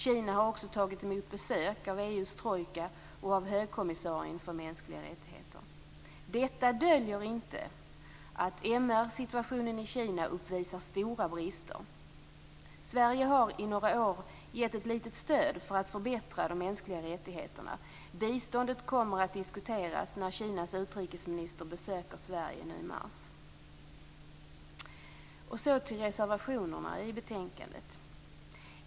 Kina har också tagit emot besök av EU:s trojka och av högkommissarien för mänskliga rättigheter. Detta döljer inte att MR situationen i Kina uppvisar stora brister. Sverige har i några år gett ett litet stöd för att förbättra de mänskliga rättigheterna. Biståndet kommer att diskuteras när Kinas utrikesminister besöker Sverige nu i mars. Så till reservationerna i betänkandet.